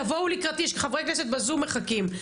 תבואו לקראתי, יש חברי כנסת בזום מחכים.